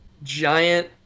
giant